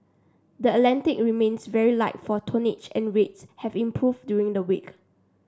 the Atlantic remains very light for tonnage and rates have improved during the week